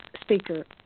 speaker